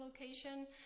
location